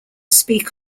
speak